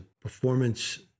performance